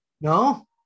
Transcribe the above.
No